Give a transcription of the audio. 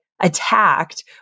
attacked